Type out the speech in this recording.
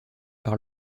par